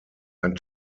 ein